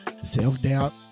self-doubt